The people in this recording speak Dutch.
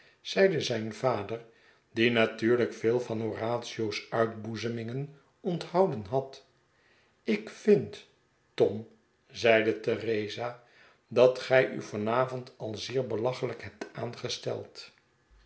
zeide zijn vader die natuurlijk veel van horatio's uitboezemingen onthouden had ik vind tom zeide theresa dat gij u van avond al zeer belachelijk hebt aangesteld